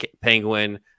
Penguin